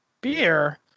beer